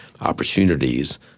opportunities